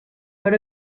per